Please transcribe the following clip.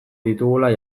ditugula